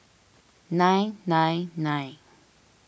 nine nine nine